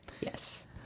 Yes